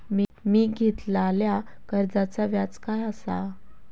मी घेतलाल्या कर्जाचा व्याज काय आसा?